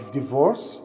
divorce